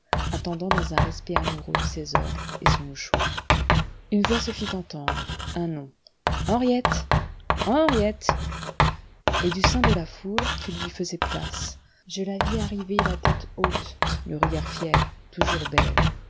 attendant dans un respect amoureux ses ordres et son mouchoir une voix se fit entendre un nom henriette henriette et du sein de la foule qui lui faisait place je la vis arriver la tête haute le regard fier toujours belle